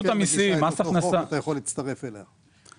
מגישה את אותו חוק, אתה יכול להצטרף אליה.